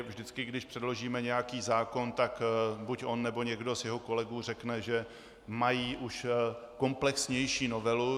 Vždycky, když předložíme nějaký zákon, buď on, nebo někdo z jeho kolegů řekne, že mají už komplexnější novelu.